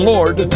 Lord